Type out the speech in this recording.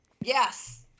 Yes